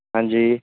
ਹਾਂਜੀ